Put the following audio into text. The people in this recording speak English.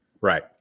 Right